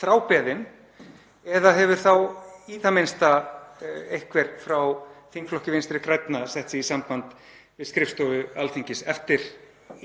þrábeðinn, eða hefur þá í það minnsta einhver frá þingflokki Vinstri grænna sett sig í samband við skrifstofu Alþingis, eftir